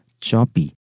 choppy